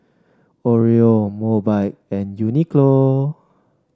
Oreo Mobike and Uniqlo